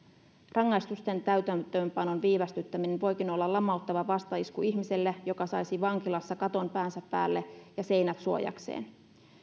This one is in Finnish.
rangaistusten täytäntöönpanon viivästyttäminen voikin olla lamauttava vastaisku ihmiselle joka saisi vankilassa katon päänsä päälle ja seinät suojakseen